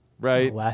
right